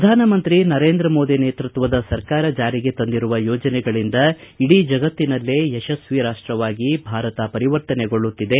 ಪ್ರಧಾನಮಂತ್ರಿ ನರೇಂದ್ರ ಮೋದಿ ನೇತೃತ್ವದ ಸರ್ಕಾರ ಜಾರಿಗೆ ತಂದಿರುವ ಯೋಜನೆಗಳಿಂದ ಇಡೀ ಜಗತ್ತಿನಲ್ಲೇ ಯಶಸ್ವಿ ರಾಷ್ಟವಾಗಿ ಭಾರತ ಪರಿವರ್ತನೆಗೊಳ್ಳುತ್ತಿದೆ